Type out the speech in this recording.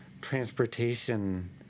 transportation